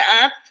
up